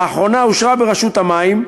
לאחרונה אושרה ברשות המים,